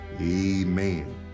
amen